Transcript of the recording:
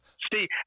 Steve